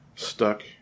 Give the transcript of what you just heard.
stuck